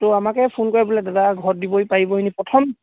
ত' আমাকে ফোন কৰে বোলে দাদা ঘৰত দিবহি পাৰিবনি প্ৰথম